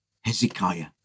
Hezekiah